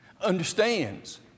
understands